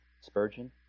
Spurgeon